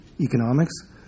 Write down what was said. economics